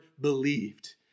believed